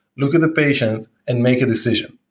look at the patients and make a decision.